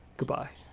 goodbye